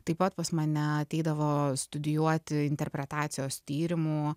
taip pat pas mane ateidavo studijuoti interpretacijos tyrimų